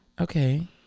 Okay